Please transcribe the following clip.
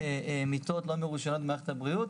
מיטות לא מרושיינות במערכת הבריאות?